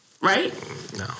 right